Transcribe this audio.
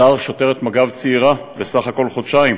הדר, שוטרת מג"ב צעירה, בסך הכול חודשיים,